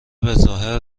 بهظاهر